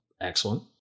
Excellent